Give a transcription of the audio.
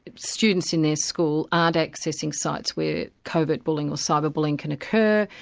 students in their school aren't accessing sites where covert bullying or cyber-bullying can occur,